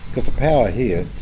because the power here,